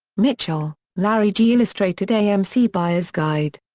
mitchell, larry g. illustrated amc buyers guide.